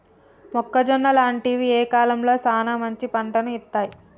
మొక్కజొన్న లాంటివి ఏ కాలంలో సానా మంచి పంటను ఇత్తయ్?